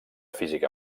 física